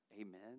Amen